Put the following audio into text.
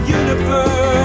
universe